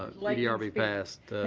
ah like ah be passed.